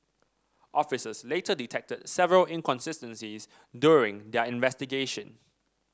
officers later detected several inconsistencies during their investigation